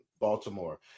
Baltimore